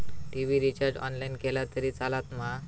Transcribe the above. TV recharge online केला तरी चलात मा?